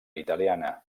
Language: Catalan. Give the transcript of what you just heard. italiana